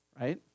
right